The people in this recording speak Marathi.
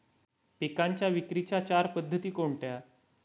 पिकांच्या विक्रीच्या चार पद्धती कोणत्या?